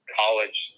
college –